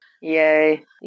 Yay